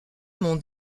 mon